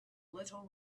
little